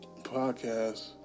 podcast